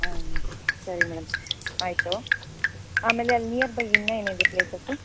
ಹಾಂ ಸರಿ ಮೇಡಮ್ ಆಯಿತು ಆಮೇಲೆ ಅಲ್ಲಿ ನಿಯರ್ಬಯ್ ಇನ್ನೂ ಏನಿದೆ ಪ್ಲೇಸಸ್ಸು